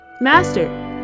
Master